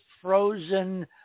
frozen